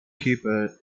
keeper